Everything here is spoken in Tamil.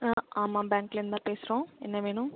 ஆ ஆமாம் பேங்க்லருந்தான் பேசுகிறோம் என்ன வேணும்